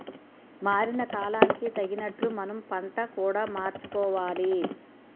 మారిన కాలానికి తగినట్లు మనం పంట కూడా మార్చుకోవాలి